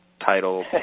title